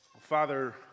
Father